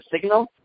signal